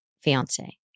fiance